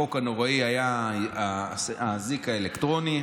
החוק הנוראי היה האזיק האלקטרוני.